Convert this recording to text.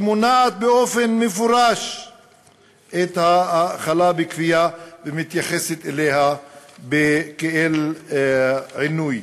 שמונה באופן מפורש את ההאכלה בכפייה ומתייחסת אליה כאל עינוי,